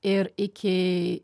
ir iki